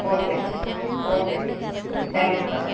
ஓகேங்க ஓகேங்க thank you ma'am